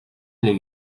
ele